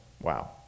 Wow